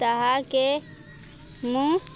ତାହାକେ ମୁଁ